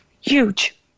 Huge